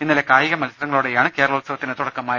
ഇന്നലെ കായികമത്സരങ്ങളോടെയാണ് കേര ളോത്സവത്തിന് തുടക്കമായത്